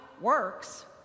works